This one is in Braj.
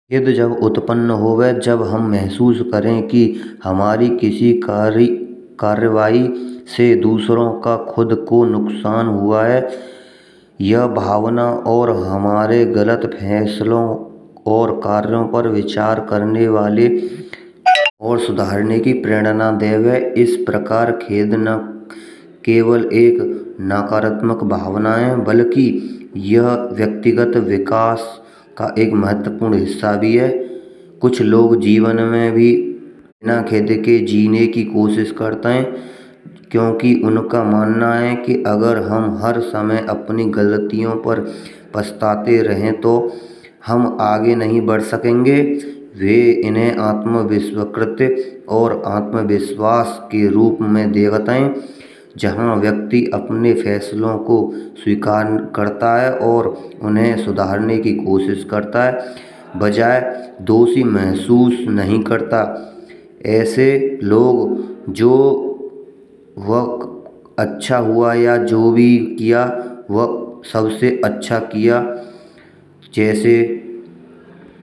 खेद जब उत्पन्न होवे जब हम महसूस करें, कि हमारी किसी कार्यवाही से दूसरों का खुद को नुकसान हुआ है। यह भावना और हमारे गलत फैसलों और कार्यों पर विचार करने वाले और सुधारने की प्रेरणा देवे। इस प्रकार खेदना केवल एक नकारात्मक भावना है, बल्कि यहाँ व्यक्तिगत विकास का एक महत्त्वपूर्ण हिस्सा भी होता है। कुछ लोग जीवन में भी बिना खेद के जीवन जीने की कोशिश करते हैं, क्योंकि उनका मनना है कि अगर हम हर समय अपनी गलतियों पर पछताते रहें, तो हम आगे नहीं बढ़ सकेंगे। वे इन्हें आत्मविक्षिप्ति और आत्मविश्वास के रूप में देते हैं जहाँ व्यक्ति अपने फैसलों को स्वीकार करता है और उन्हें सुधारने की कोशिश करता है बजाय दोषी महसूस नहीं करता। ऐसा लोग जो वाक्य या अच्छा हुआ या जो भी किया वह सबसे अच्छा किया जाए।